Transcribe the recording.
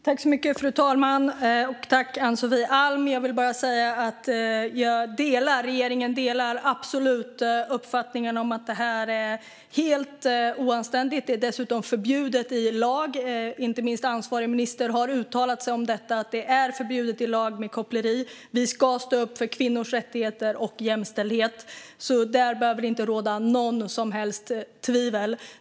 Fru talman! Jag och regeringen delar absolut uppfattningen att det här är helt oanständigt. Det är dessutom förbjudet i lag - inte minst ansvarig minister har uttalat sig om att koppleri är förbjudet i lag. Vi ska stå upp för kvinnors rättigheter och jämställdhet; där behöver det inte råda några som helst tvivel.